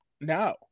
no